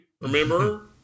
Remember